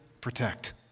protect